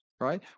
right